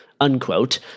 unquote